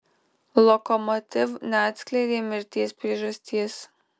lokomotiv neatskleidė mirties priežasties